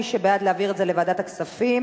מי שבעד להעביר את זה לוועדת הכספים